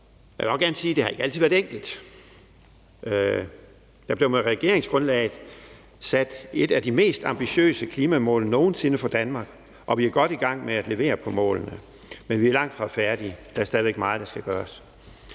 Jeg vil også gerne sige, at det ikke altid har været enkelt. Der blev med regeringsgrundlaget sat et af de mest ambitiøse klimamål nogen sinde for Danmark, og vi er godt i gang med at levere på målene, men vi er langtfra færdige. Der er stadig væk meget, der skal gøres.